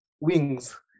Wings